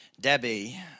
Debbie